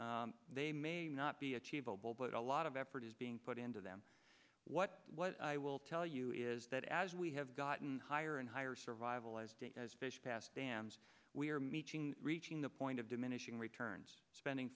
standards they may not be achievable but a lot of effort is being put into them what what i will tell you is that as we have gotten higher and higher survival as date as fish pass dams we are meeting reaching the point of diminishing returns spending